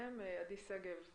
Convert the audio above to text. עדי שגב,